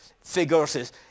figures